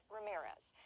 Ramirez